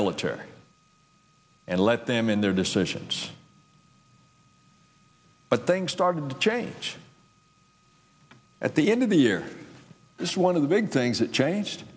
military and let them in their decisions but things started to change at the end of the year is one of the big things that changed